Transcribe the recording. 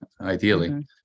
ideally